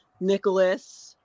Nicholas